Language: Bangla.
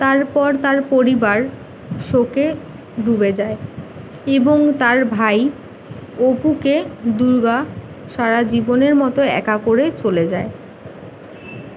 তারপর তার পরিবার শোকে ডুবে যায় এবং তার ভাই অপুকে দুর্গা সারা জীবনের মতো একা করে চলে যায়